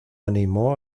animó